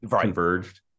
converged